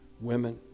women